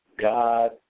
God